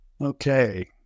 Okay